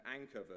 anchor